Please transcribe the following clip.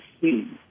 see